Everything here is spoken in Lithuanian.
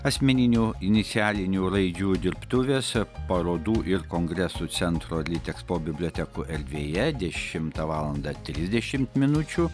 asmeninių inicialinių raidžių dirbtuvės parodų ir kongresų centro litekspo bibliotekų erdvėje dešimtą valandą trisdešimt minučių